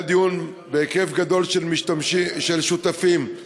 היה דיון בהיקף גדול של שותפים על